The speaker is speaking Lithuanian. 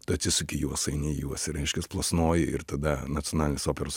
tu atsisuki į juos eini į juos ir reiškias plasnoji ir tada nacionalinis operos